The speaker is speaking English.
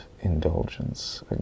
indulgence